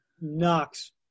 knocks